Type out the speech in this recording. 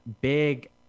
Big